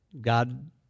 God